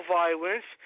violence